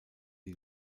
die